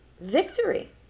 victory